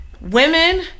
women